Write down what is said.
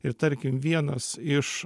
ir tarkim vienas iš